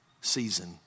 season